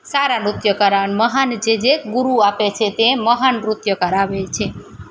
સારા નૃત્યકાર અને મહાન છે જે ગુરુ આપે છે તે મહાન નૃત્યકાર આવે છે